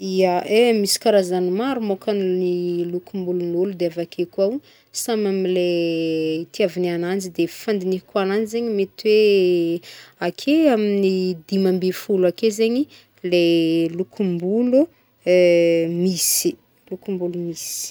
Ya e, misy karazagny maro môkany ny lokombolon'olo de avy ake koa ho samy amle itiviagny agnanjy, fandignihako agnanjy zegny mety hoe ake amin'ny dimy ambin'ny folo ake zegny le lokombolo misy lokombolo misy.